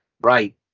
right